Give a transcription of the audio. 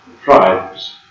Tribes